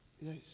Yes